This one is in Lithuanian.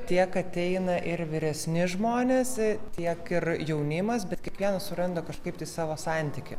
tiek ateina ir vyresni žmonės tiek ir jaunimas bet kiekvienas suranda kažkaip savo santykį